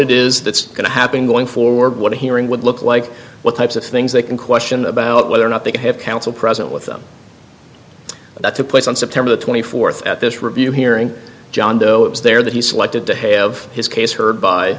it is that's going to happen going forward what a hearing would look like what types of things they can question about whether or not they could have counsel present with them that took place on september twenty fourth at this review hearing john doe it was there that he selected to have his case heard by